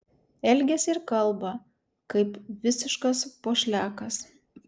elgiasi ir kalba kaip visiškas pošliakas